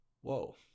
Whoa